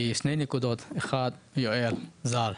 שתי נקודות, אחת יואל ז"ל.